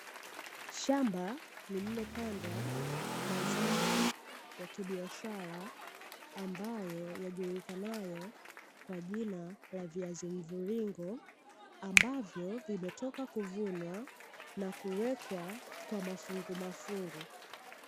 Shamba lililopandwa mazao ya kibiashara ambalo yajulikanayo kwa jina la viazi mviringo. Ambavyo vimetoka kuvunwana kuwekwa kwa mafungu mafungu.